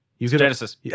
Genesis